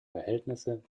verhältnisse